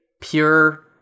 pure